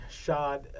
shot